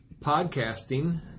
podcasting